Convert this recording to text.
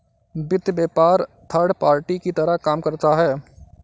वित्त व्यापार third party की तरह काम करता है